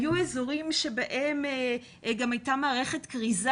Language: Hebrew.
היו אזורים שבהם גם הייתה מערכת כריזה